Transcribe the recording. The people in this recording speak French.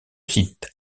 site